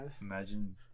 imagine